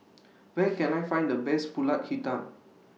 Where Can I Find The Best Pulut Hitam